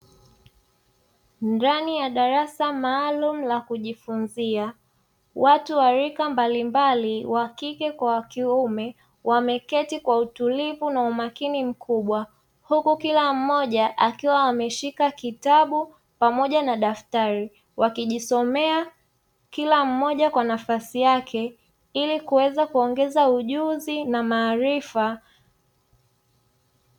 Ndani ya darasa maalumu la kujifunzia, watu wa rika mbalimbali wakike kwa wakiume wameketi kwa utuli na umakini mkubwa, huku kila mmoja akiwa ameshika kitabu pamoja na daftari wakijisomea kila mmoja kwa nafasi yake, ili kuweza kuongeza ujuzi na maarifa.